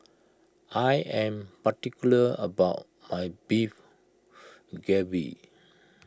I am particular about my Beef Galbi